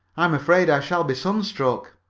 i'm afraid i shall be sunstruck.